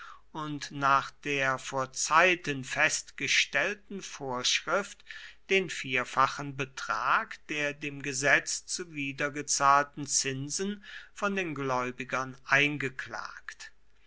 und nach der vor zeiten festgestellten vorschrift den vierfachen betrag der dem gesetz zuwider gezahlten zinsen von den gläubigern eingeklagt